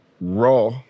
Raw